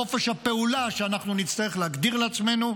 חופש הפעולה שאנחנו נצטרך להגדיר לעצמנו,